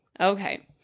Okay